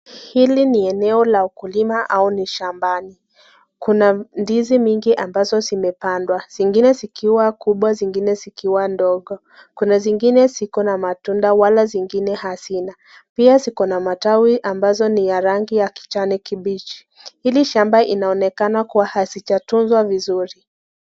Hili ni eneo la ukulima au ni shambani ,kuna ndizi mingi ambazo zimepandwa zingine zikiwa kubwa zingine zikiwa ndogo kuna zingine ziko na matunda wala zingine hazina pia ziko na matawi ambazo ni ya rangi ya kijani kibichi, hili shamba linaonekana kuwa halijatunzwa vizuri.